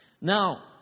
Now